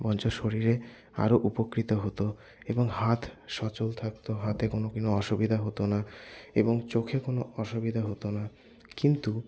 বরঞ্চ শরীরে আরও উপকৃত হতো এবং হাত সচল থাকতো হাতে কোনোদিনও অসুবিধা হতো না এবং চোখে কোনো অসুবিধা হতো না কিন্তু